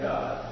God